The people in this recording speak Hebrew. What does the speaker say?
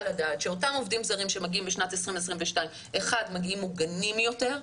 לדעת שאותם עובדים זרים שמגיעים בשנת 2022 אחד מגיעים מוגנים יותר,